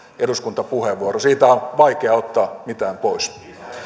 eduskuntapuheenvuoronne siitä on vaikea ottaa mitään pois